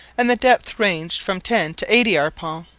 and the depth ranged from ten to eighty arpents.